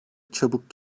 çabuk